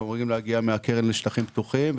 הם אמורים להגיע מהקרן לשטחים פתוחים,